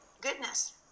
goodness